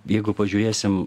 jeigu pažiūrėsim